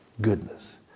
goodness